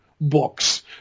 books